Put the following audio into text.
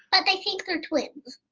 but they think they're twins.